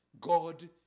God